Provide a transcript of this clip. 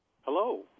Hello